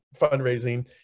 fundraising